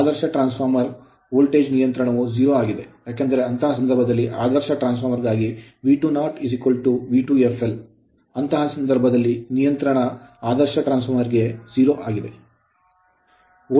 ಆದರ್ಶ transformer voltage ನಿಯಂತ್ರಣವು 0 ಆಗಿದೆ ಏಕೆಂದರೆ ಅಂತಹ ಸಂದರ್ಭದಲ್ಲಿ ಆದರ್ಶ ಟ್ರಾನ್ಸ್ ಫಾರ್ಮರ್ ಗಾಗಿ V20 V2fl ಆದ್ದರಿಂದ ಅಂತಹ ಸಂದರ್ಭದಲ್ಲಿ ನಿಯಂತ್ರಣವು ಆದರ್ಶ ಟ್ರಾನ್ಸ್ ಫಾರ್ಮರ್ ಗೆ 0 ಆಗಿದೆ